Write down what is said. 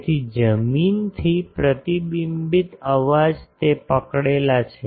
તેથી જમીનથી પ્રતિબિંબિત અવાજ તે પકડેલા છે